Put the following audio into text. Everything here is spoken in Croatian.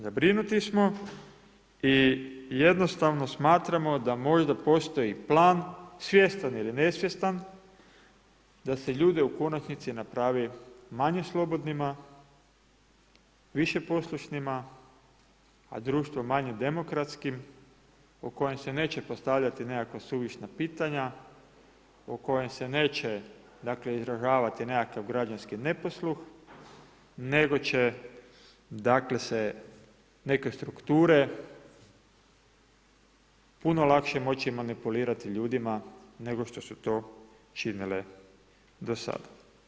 Zabrinuti smo i jednostavno smatramo da možda postoji plan, svjestan ili nesvjestan da se ljude u konačnici napravi manje slobodnima, više poslušnima a društvo manje demokratskim o kojem se neće postavljati nekakva suvišna pitanja, o kojem se neće dakle izražavati nekakav građanski neposluh nego će dakle se neke strukture puno lakše moći manipulirati ljudima nego što su to činile do sada.